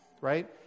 Right